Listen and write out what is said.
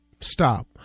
stop